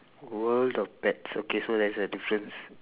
world of pets okay so there's a difference